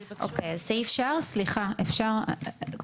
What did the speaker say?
אני רוצה שיעשו את הבדיקה בנצרת; יעשו את בדיקה בנצרת.